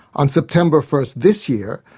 on september first this year,